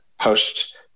post